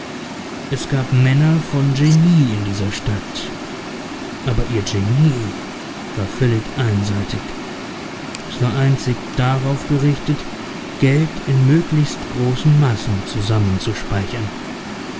es gab männer von genie in dieser stadt aber ihr genie war völlig einseitig es war einzig darauf gerichtet geld in möglichst großen massen zusammenzuspeichern